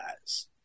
guys